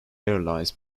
airlines